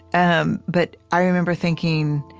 um but i remember thinking